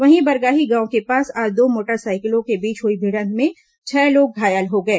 वहीं बरगाही गांव के पास आज दो मोटरसाइकिलों के बीच हुई भिडंत में छह लोग घायल हो गए